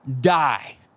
die